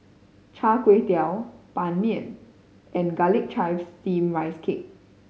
Chai Tow Kuay Ban Mian and Garlic Chives Steamed Rice Cake